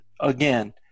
again